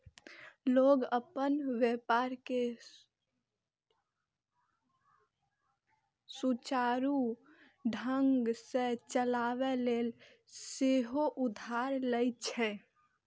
लोग अपन व्यापार कें सुचारू ढंग सं चलाबै लेल सेहो उधार लए छै